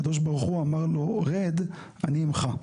הקדוש ברוך הוא אמר לו: רד, אני עמך.